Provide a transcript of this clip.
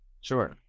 Sure